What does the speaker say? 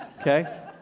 Okay